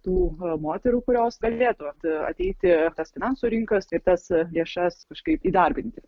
tų moterų kurios galėtų vat ateiti į tas finansų rinkas ir tas lėšas kažkaip įdarbinti